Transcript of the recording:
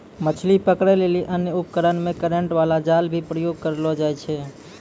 मछली पकड़ै लेली अन्य उपकरण मे करेन्ट बाला जाल भी प्रयोग करलो जाय छै